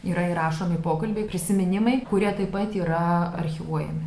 yra įrašomi pokalbiai prisiminimai kurie taip pat yra archyvuojami